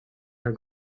her